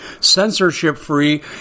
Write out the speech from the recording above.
censorship-free